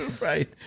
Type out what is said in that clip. Right